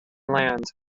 land